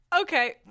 Okay